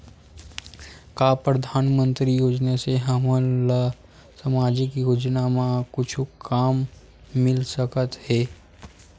का परधानमंतरी योजना से हमन ला सामजिक योजना मा कुछु काम मिल सकत हे?